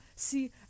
See